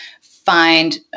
find